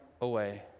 away